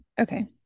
Okay